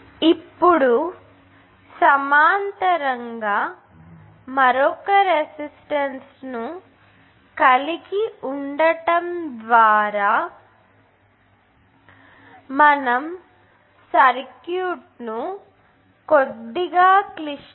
ఇప్పుడు సమాంతరంగా మరొక రెసిస్టేన్స్ ను కలిగి ఉండటం ద్వారా మనము సర్క్యూట్ను కొద్దిగా క్లిష్టంగా చేయవచ్చు